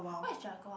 what is jaguar